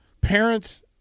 parents –